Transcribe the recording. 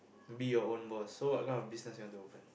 be your own boss so what kind of business you want to open